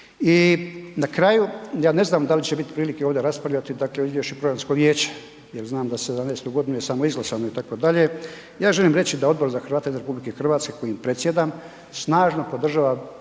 I na kraju, ja ne znam da li će bit prilike ovdje raspravljati, dakle o izvješću programskog vijeća jel znam za '17.g. je samo izglasano itd., ja želim reći da Odbor za Hrvate izvan RH kojim predsjedam snažno podržava